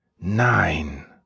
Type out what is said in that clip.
Nein